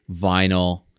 vinyl